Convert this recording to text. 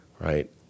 Right